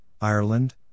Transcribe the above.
Ireland